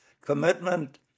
commitment